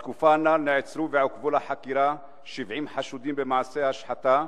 בתקופה הנ"ל נעצרו ועוכבו לחקירה 70 חשודים במעשי השחתה,